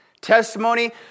testimony